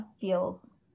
feels